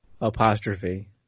apostrophe